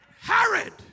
Herod